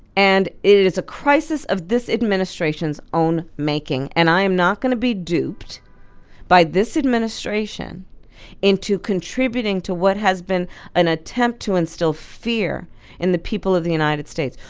and it is a crisis of this administration's own making. and i am not going to be duped by this administration into contributing to what has been an attempt to instill fear in the people of the united states.